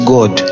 God